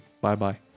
Bye-bye